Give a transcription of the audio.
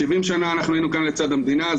70 שנה היינו כאן לצד המדינה,